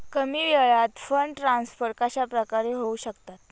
कमी वेळात fund transfer कशाप्रकारे होऊ शकतात?